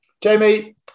Jamie